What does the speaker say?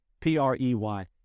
P-R-E-Y